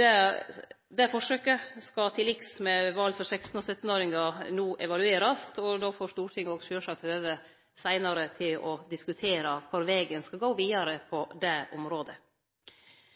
Det forsøket skal til liks med røysterett for 16- og 17-åringar no evaluerast, og då får Stortinget òg sjølvsagt høve seinare til å diskutere kvar vegen skal gå vidare på det området.